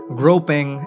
groping